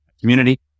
community